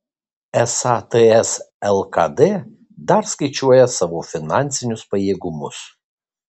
esą ts lkd dar skaičiuoja savo finansinius pajėgumus